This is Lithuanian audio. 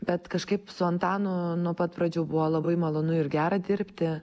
bet kažkaip su antanu nuo pat pradžių buvo labai malonu ir gera dirbti